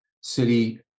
city